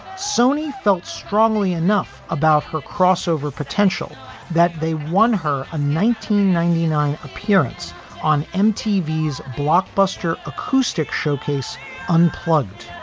sony felt strongly enough about her crossover potential that they won her a ninety nine ninety nine appearance on m. t. v s blockbuster acoustic showcase unplugged.